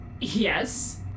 Yes